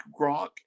Gronk